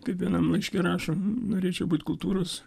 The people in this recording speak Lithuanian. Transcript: kaip vienam laiške rašo norėčiau būti kultūros